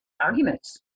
arguments